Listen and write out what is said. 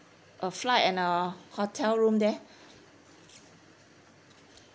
a flight and a hotel room there